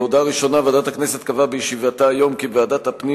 הודעה ראשונה: ועדת הכנסת קבעה בישיבתה היום כי ועדת הפנים